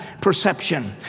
Perception